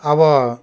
अब